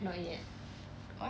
not yet